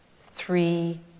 three